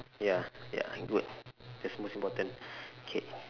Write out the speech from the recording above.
ya ya good that's the most important K